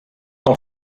alt